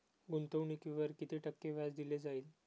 गुंतवणुकीवर किती टक्के व्याज दिले जाईल?